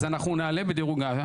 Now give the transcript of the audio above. אז אנחנו נעלה בדירוג האשראי.